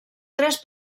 tres